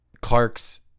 Clark's